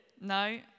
No